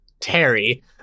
Terry